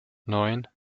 neun